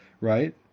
right